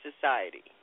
society